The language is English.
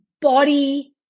body